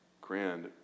grand